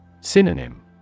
Synonym